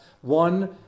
one